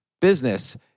business